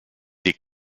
des